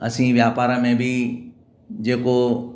असीं वापार में बि